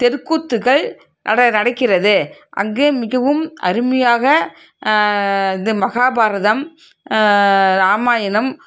தெருக்கூத்துகள் நட நடக்கிறது அங்கு மிகவும் அருமையாக இது மஹாபாரதம் ராமாயணம்